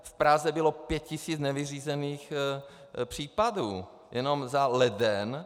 V Praze bylo 5 tis. nevyřízených případů jenom za leden.